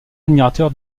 admirateur